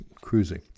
cruising